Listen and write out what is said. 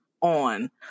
on